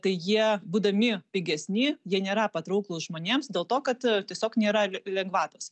tai jie būdami pigesni jie nėra patrauklūs žmonėms dėl to kad tiesiog nėra lengvatos